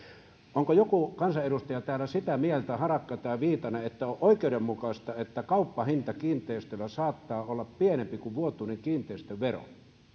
onko joku kansanedustaja täällä sitä mieltä harakka tai viitanen että on oikeudenmukaista että kauppahinta kiinteistöllä saattaa olla pienempi kuin vuotuinen kiinteistövero